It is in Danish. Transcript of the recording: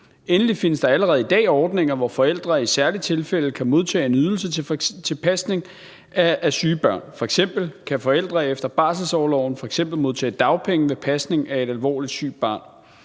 Endelig findes der allerede i dag ordninger, hvor forældre i særlige tilfælde kan modtage en ydelse til pasning af syge børn. F.eks. kan forældre efter barselsorloven modtage dagpenge ved pasning af et alvorligt sygt barn.